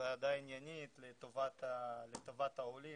הוועדה עניינית לטובת העולים,